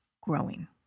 growing